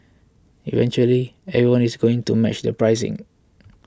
eventually everyone is going to match the pricing